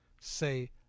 say